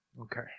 Okay